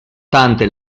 tante